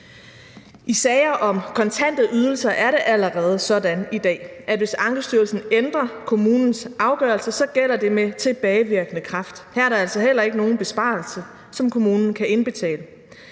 I sager om kontante ydelser er det allerede sådan i dag, at hvis Ankestyrelsen ændrer kommunens afgørelse, gælder det med tilbagevirkende kraft. Her er der altså heller ikke nogen besparelser, som kommunen kan indbetale.